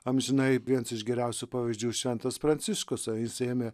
amžinai viens iš geriausių pavyzdžių šventas pranciškus va jis ėmė